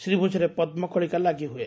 ଶ୍ରୀଭୁଜରେ ପଦ୍ମ କଳିକା ଲାଗି ହୁଏ